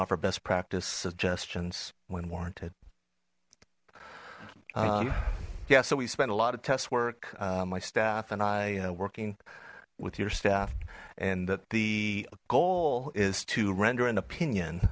offer best practice suggestions when warranted yeah so we spent a lot of test work my staff and i working with your staff and that the goal is to render an opinion